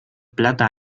plata